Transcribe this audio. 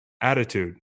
attitude